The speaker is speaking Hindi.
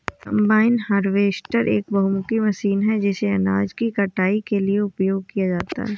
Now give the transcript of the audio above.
कंबाइन हार्वेस्टर एक बहुमुखी मशीन है जिसे अनाज की कटाई के लिए उपयोग किया जाता है